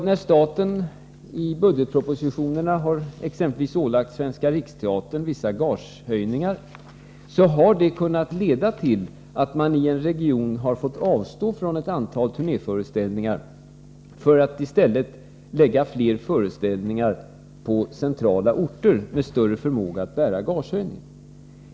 När staten i budgetpropositionerna har ålagt exempelvis Svenska riksteatern vissa gagehöjningar har det kunnat leda till att man i en region har fått avstå från ett antal turnéföreställningar för att i stället lägga fler föreställningar på centrala orter med större förmåga att bära gagehöjningen.